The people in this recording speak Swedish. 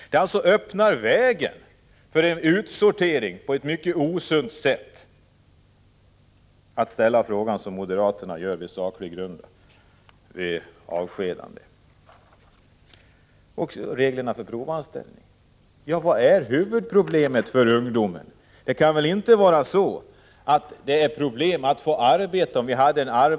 Moderaternas sätt att se på detta med saklig grund öppnar vägen för en mycket osund sortering. Sedan till reglerna för provanställning. Vad är huvudproblemet för ungdomen? Det skulle inte innebära problem att få arbete om vi hade en = Prot.